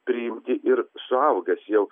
priimti ir suaugęs jau